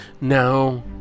Now